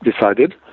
decided